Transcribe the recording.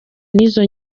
n’izo